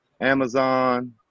amazon